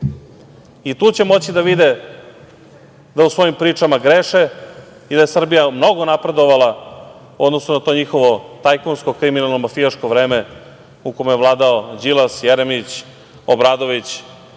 i tu će moći da vide da u svojim pričama greše i da je Srbija mnogo napredovala u odnosu na to njihovo tajkunsko, kriminalno mafijaško vreme u kome je vladao Đilas, Jeremić, Obradović